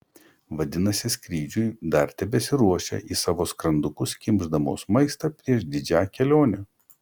vadinasi skrydžiui dar tebesiruošia į savo skrandukus kimšdamos maistą prieš didžią kelionę